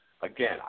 again